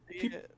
people